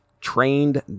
trained